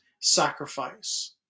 sacrifice